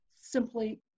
simply